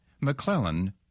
McClellan